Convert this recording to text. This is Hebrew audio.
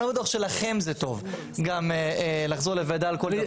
אני לא בטוח שלכם זה טוב גם לחזור לוועדה על כל דבר כזה.